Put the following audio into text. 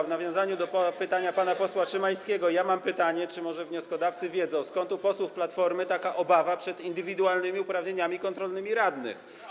W nawiązaniu do pytania pana posła Szymańskiego mam pytanie, czy może wnioskodawcy wiedzą, skąd u posłów Platformy taka obawa przed indywidualnymi uprawnieniami kontrolnymi radnych.